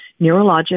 neurologic